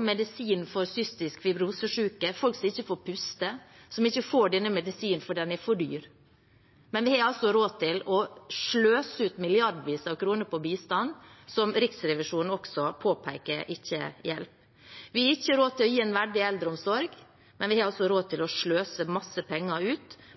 medisinen for cystisk fibrose-syke, folk som ikke får puste, som ikke får denne medisinen fordi den er for dyr. Men vi har altså råd til å sløse milliarder av kroner på bistand, som Riksrevisjonen også påpeker ikke hjelper. Vi har ikke råd til å gi en verdig eldreomsorg, men vi har altså råd til å sløse masse penger